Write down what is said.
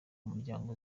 umuryango